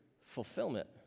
fulfillment